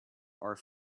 are